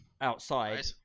outside